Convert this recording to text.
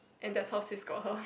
and that's how sis got her